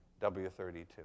W32